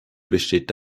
besteht